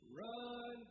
run